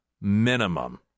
minimum